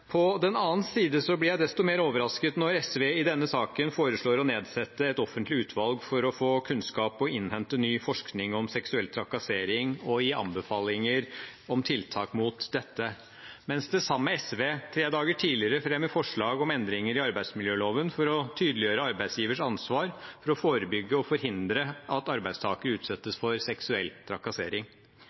På den annen side blir jeg desto mer overrasket når SV i denne saken foreslår å nedsette et offentlig utvalg for å få kunnskap og innhente ny forskning om seksuell trakassering og gi anbefalinger om tiltak mot dette, mens det samme SV tre dager tidligere fremmer forslag om endringer i arbeidsmiljøloven for å tydeliggjøre arbeidsgivers ansvar for å forebygge og forhindre at arbeidstakere utsettes for seksuell trakassering.